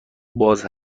باز